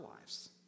lives